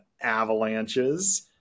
avalanches